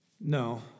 No